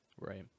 Right